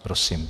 Prosím.